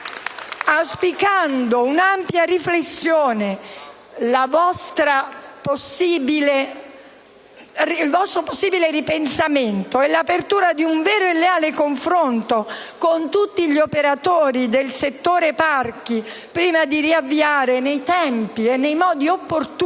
altresì un'ampia riflessione, il vostro possibile ripensamento e l'apertura di un vero e leale confronto con tutti gli operatori del settore parchi prima di riavviare, nei tempi e modi opportuni